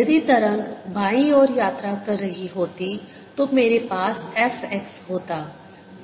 यदि तरंग बाईं ओर यात्रा कर रही होती तो मेरे पास f x होता